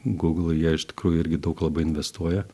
gūglai jie iš tikrųjų irgi daug labai investuoja